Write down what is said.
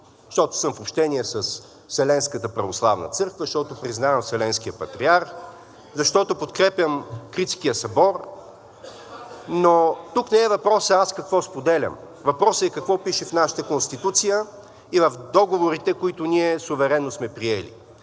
защото съм в общение с Вселенската православна църква, защото признавам вселенския патриарх, защото подкрепям Критския събор. Но тук не е въпросът аз какво споделям. Въпросът е какво пише в нашата Конституция и в договорите, които ние суверенно сме приели.